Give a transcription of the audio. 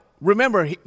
remember